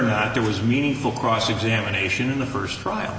not there was meaningful cross examination in the first trial